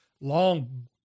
long